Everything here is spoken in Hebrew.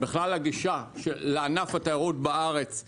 בכלל הגישה לענף התיירות בארץ,